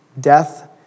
death